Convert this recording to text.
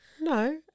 No